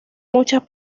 muchas